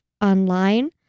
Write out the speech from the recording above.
online